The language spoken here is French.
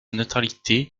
neutralité